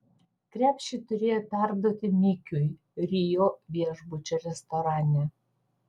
krepšį turėjo perduoti mikiui rio viešbučio restorane